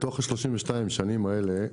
בתוך 32 השנים האלה,